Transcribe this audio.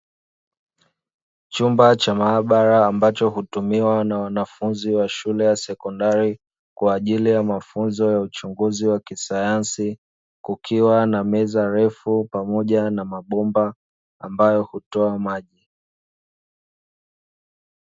Chumba cha maabara ambacho hutumiwa na wanafunzi wa shule ya sekondari, kwa ajili ya mafunzo ya uchunguzi wa kisayansi, kukiwa na meza refu pamoja na mabomba ambayo hutoa maji.